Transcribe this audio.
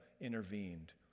intervened